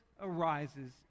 arises